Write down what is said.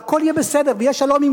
ויהיה מזרח תיכון חדש,